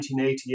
1988